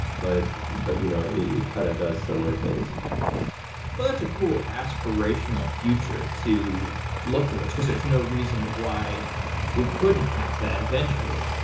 but but you know it kind of does similar things but that's a cool aspirational future to look towards, because there is no reason why we couldn't have that eventually